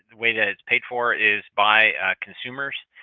way that it's paid for is by consumers.